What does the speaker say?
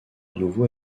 nouveau